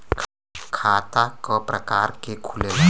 खाता क प्रकार के खुलेला?